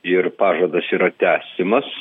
ir pažadas yra tęsimas